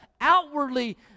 outwardly